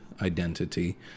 identity